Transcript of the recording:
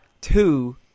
Two